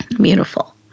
Beautiful